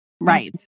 Right